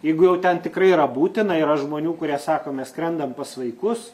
jeigu jau ten tikrai yra būtina yra žmonių kurie sako mes skrendam pas vaikus